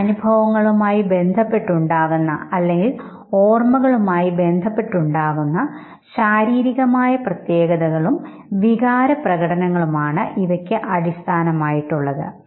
മുൻഅനുഭവങ്ങളുമായി ബന്ധപ്പെട്ടുണ്ടാകുന്ന അല്ലെങ്കിൽ ഓർമ്മകളുമായി ബന്ധപ്പെട്ടുണ്ടാകുന്ന ശാരീരികമായ പ്രത്യേകതകളും വികാരപ്രകടനങ്ങളും ആണ് ഇവയ്ക്ക് അടിസ്ഥാനം ആയിട്ടുള്ളത്